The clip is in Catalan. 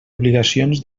obligacions